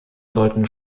sollten